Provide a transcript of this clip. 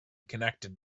connected